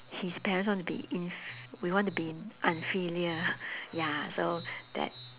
his parents want to be in f~ we want to be unfilial ya so that